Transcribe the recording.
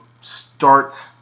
start